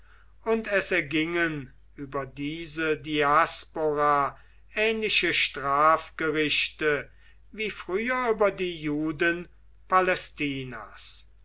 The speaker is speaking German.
und es ergingen über diese diaspora ähnliche strafgerichte wie früher über die